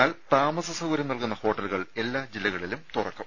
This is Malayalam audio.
എന്നാൽ താമസ സൌകര്യം നൽകുന്ന ഹോട്ടലുകൾ എല്ലാ ജില്ലയിലും തുറക്കും